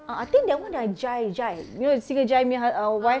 ah I think that [one] ah jai jai you know the singer jai punya hus~ err wife